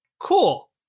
Cool